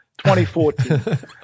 2014